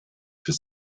für